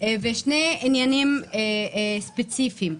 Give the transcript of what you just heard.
שני עניינים ספציפיים: